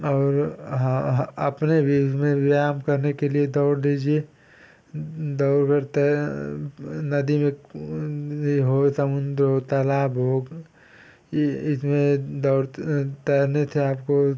और अपने भी उसमें व्यायाम करने के लिए दौड़ लीजिए दौड़ तैर है नदी में नदी हो समुद्र हो तालाब हो इ इसमें दौड़ तैरने से आपको